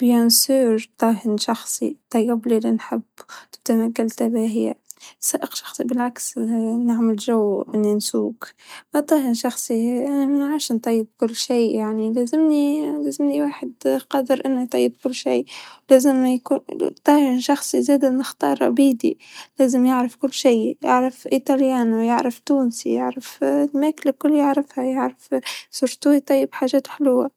أعتجد راح أختار الطاهي الشخصي، مع إني بعرف أطبخ مرة أكلي حلو، لكن رح اختار طاهي شخصي، السواجة مو كثير أنا بخرج انا فما اعتقد اني سائق راح يساوي فرق انه يكون عندي شوفيري الشخصي أو لأ، لكن كلنا مضطرين نطبخ عشان ناكل، أعتقد الطهي هو اللي بي-بيكون أفضل إلي.